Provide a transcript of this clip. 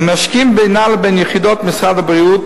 הממשקים בינה לבין יחידות משרד הבריאות,